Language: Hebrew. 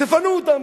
תפנו אותם,